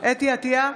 חוה אתי עטייה,